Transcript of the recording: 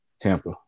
Tampa